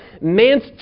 Man's